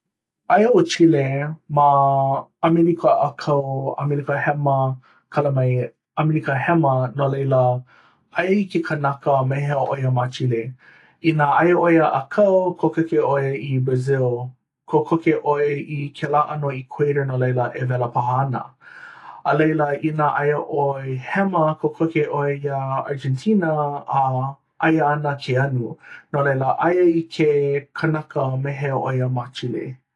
aia ʻo chile ma ʻamelika ʻākau ʻamelika hema, kala mai, ʻamelike hema no laila aia i ke kanaka ma hea ʻoia ma chile. inā aia ʻoe ʻākau, kokoke ʻoe i brazil, kokoke ʻoe i kēlā ʻano equator no laila e wela paha ana? a laila inā aia ʻoe hema kokoke ʻoe iā argentina a aia ana ke anu. no laila aia i ke kanaka ma hea ʻoe ma chile.